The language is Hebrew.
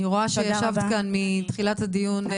אני רואה שישבת כאן מתחילת הדיון.